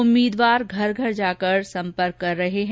उम्मीदवार घर घर जाकर सम्पर्क कर रहे हैं